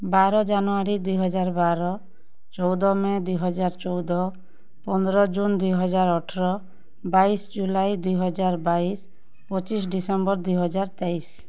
ବାର ଜାନୁଆରୀ ଦୁଇ ହଜାର ବାର ଚଉଦ ମେ ଦୁଇ ହଜାର ଚଉଦ ପନ୍ଦର ଜୁନ୍ ଦୁଇ ହଜାର ଅଠର ବାଇଶି ଜୁଲାଇ ଦୁଇ ହଜାର ବାଇଶି ପଚିଶି ଡିସେମ୍ବର ଦୁଇ ହଜାର ତେଇଶି